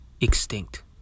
extinct